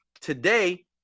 Today